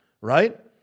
right